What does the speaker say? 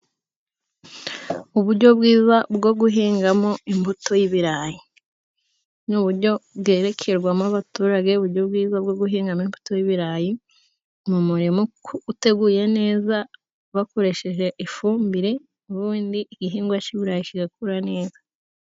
Uburyo bwiza bwo guhingamo imbuto y'ibirayi. Ni uburyo bwerekerwamo abaturage, uburyo bwiza bwo guhinga imbuto y'ibirayi mu murima uteguye neza, bakoresheje ifumbire, ubundi igihingwa cy'ibirayi kigakura neza.